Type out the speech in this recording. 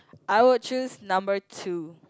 I would choose number two